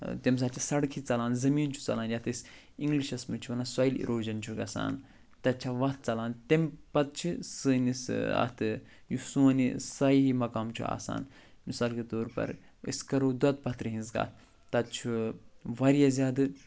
تٔمۍ ساتہٕ چھِ سڑکٕے ژلان زٔمیٖن ژلان یَتھ أسۍ اِنٛگلِشَش منٛز چھِ وَنان سویِل اِروجَن چھُ گژھان تَتہِ چھےٚ وَتھ ژلان تٔمۍ پتہٕ چھِ سٲنِس اَتھٕ یُس سون یہِ سیاحی مقام چھِ آسان مِثال کے طور پر أسۍ کَرَو دۄدٕ پتھرِ ۂنٛز کَتھ تَتہِ چھُ واریاہ زیادٕ